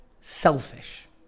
Selfish